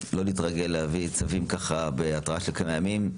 לא להתרגל להביא צווים בהתראה של כמה ימים.